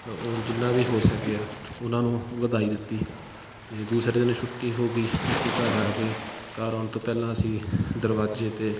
ਉਹ ਜਿੰਨਾ ਵੀ ਹੋ ਸਕਿਆ ਉਹਨਾਂ ਨੂੰ ਵਧਾਈ ਦਿੱਤੀ ਅਤੇ ਦੂਸਰੇ ਦਿਨ ਛੁੱਟੀ ਹੋ ਗਈ ਅਸੀਂ ਘਰ ਆ ਕੇ ਘਰ ਆਉਣ ਤੋਂ ਪਹਿਲਾਂ ਅਸੀਂ ਦਰਵਾਜ਼ੇ 'ਤੇ